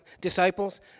disciples